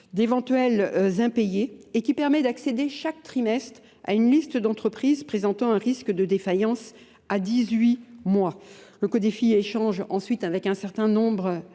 d'éventuels impayés et qui permet d'accéder chaque trimestre à une liste d'entreprises présentant un risque de défaillance à 18 mois. Le codifié échange ensuite avec un certain nombre